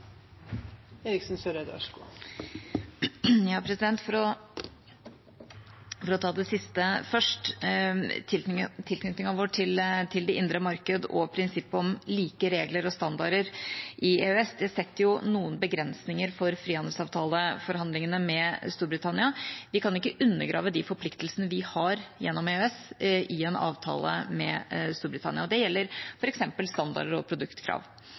For å ta det siste først: Tilknytningen vår til det indre marked og prinsippet om like regler og standarder i EØS setter noen begrensninger for frihandelsavtaleforhandlingene med Storbritannia. Vi kan ikke undergrave de forpliktelsene vi har gjennom EØS i en avtale med Storbritannia. Det gjelder f.eks. standarder og produktkrav.